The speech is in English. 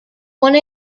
one